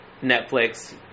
Netflix